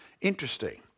Interesting